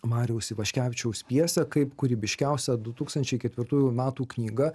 mariaus ivaškevičiaus pjesę kaip kūrybiškiausią du tūkstančiai ketvirtųjų metų knygą